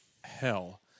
Hell